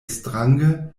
strange